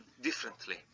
differently